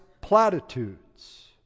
platitudes